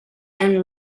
and